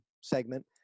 segment